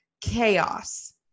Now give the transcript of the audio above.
chaos